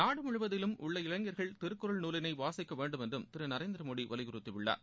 நாடு முழுவதிலும் உள்ள இளைஞர்கள் திருக்குறள் நூலினை வாசிக்க வேண்டுமென்றும் திரு நரேந்திரமோடி வலியுறுத்தியுள்ளார்